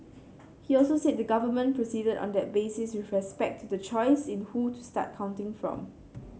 he also said the government proceeded on that basis with respect to the choice in who to start counting from